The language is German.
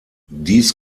dies